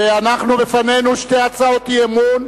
ואנחנו, בפנינו שתי הצעות אי-אמון,